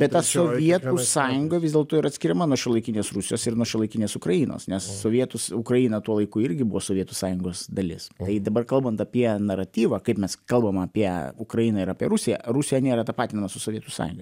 bet ta sovietų sąjunga vis dėlto yra atskiriama nuo šiuolaikinės rusijos ir nuo šiuolaikinės ukrainos nes sovietus ukraina tuo laiku irgi buvo sovietų sąjungos dalis tai dabar kalbant apie naratyvą kaip mes kalbam apie ukrainą ir apie rusiją rusija nėra tapatinama su sovietų sąjunga